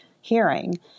hearing